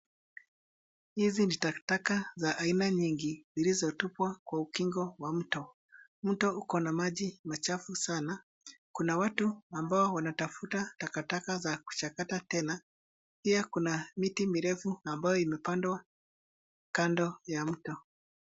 Hizi ni takataka za aina nyingi zilizotupwa kwa ukingo wa mto. Mto una maji machafu sana. Kuna watu ambao wanatafuta takataka za kucahakata tena. Pia kuna miti mirefu ambayo imepandwa kando ya mto.